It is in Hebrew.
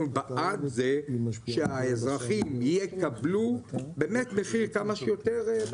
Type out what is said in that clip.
אנחנו בעד זה שהאזרחים יקבלו באמת מחיר כמה שיותר.